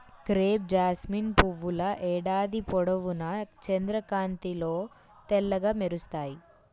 crepe jasmine పువ్వుల ఏడాది పొడవునా చంద్రకాంతిలో తెల్లగా ప్రకాశిస్తాయి